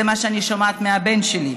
זה מה שאני שומעת מהבן שלי,